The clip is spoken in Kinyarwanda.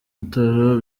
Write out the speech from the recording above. bitaro